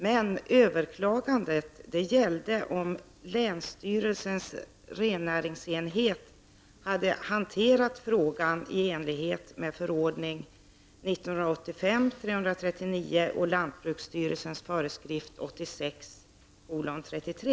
Men överklagandet gällde om länsstyrelsens rennäringsenhet hade hanterat frågan i enlighet med förordning 1985:339 och lantbruksstyrelsens föreskrift 86:33.